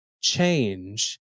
change